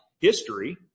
history